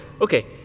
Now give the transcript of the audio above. Okay